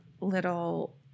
little